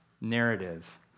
narrative